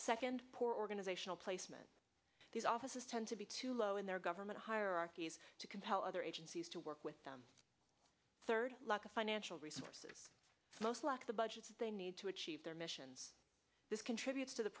second poor organizational placement these offices tend to be too low in their government hierarchies to compel other agencies to work with them third lack of financial resources most lack the budgets they need to achieve their missions this contributes to the